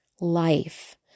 life